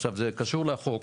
עכשיו, זה קשור לחוק,